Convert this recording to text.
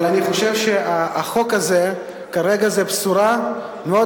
אבל אני חושב שהחוק הזה כרגע הוא בשורה מאוד